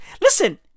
listen